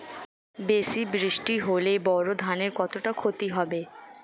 বেশি বৃষ্টি হলে বোরো ধানের কতটা খতি হবে?